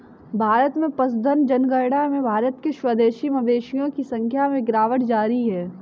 भारत में पशुधन जनगणना में भारत के स्वदेशी मवेशियों की संख्या में गिरावट जारी है